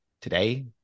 today